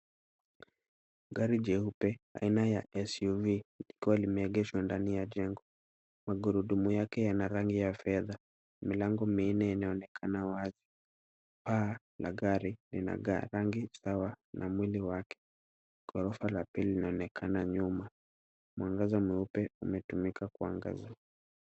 Gari jeupe aina ya SUV likiwa limeegeshwa ndani ya jengo. Magurudumu yake yana rangi ya fedha. Milango minne ineonekana wazi. Paa la gari ni la rangi sawa na mwili wake. Ghorofa la pili linaonekana nyuma. Mwangaza mweupe umetumika kuangaza.